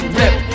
rip